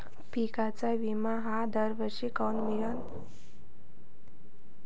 पिका विमा हा दरवर्षी काऊन मिळत न्हाई?